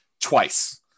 twice